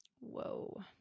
whoa